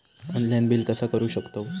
Online bill कसा करु शकतव?